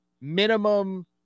minimum